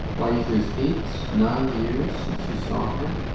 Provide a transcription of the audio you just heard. why, it is eight nine years since you saw her.